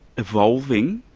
evolving,